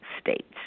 states